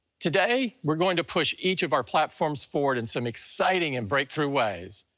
today we're going to push each of our platforms forward in some exciting and breakthrough ways.